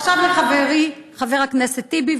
עכשיו לחברי חבר הכנסת טיבי.